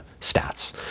stats